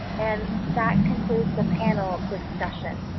and that concludes the panel discussion.